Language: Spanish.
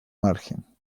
margen